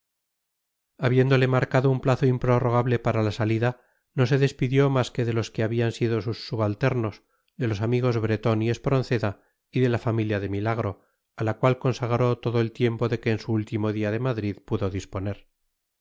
habiéndole marcado un plazo improrrogable para la salida no se despidió más que de los que habían sido sus subalternos de los amigos bretón y espronceda y de la familia de milagro a la cual consagró todo el tiempo de que en su último día de madrid pudo disponer